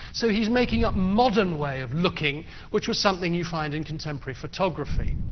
so he's making a modern way of looking which was something you find in contemporary photography.